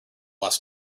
last